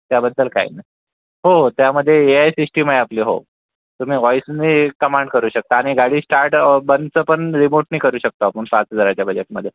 त्याबद्दल काही नाही हो हो त्यामध्ये ए आय सिस्टिम आहे आपली हो तुम्ही व्हाइसने कमांड करू शकता आणि गाडी स्टार्ट बंदचं पण रिमोटने करू शकता पण सात हजाराच्या बजेटमध्ये